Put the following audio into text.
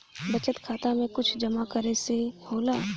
बचत खाता मे कुछ जमा करे से होला?